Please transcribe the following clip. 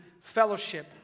fellowship